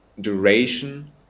duration